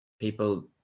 people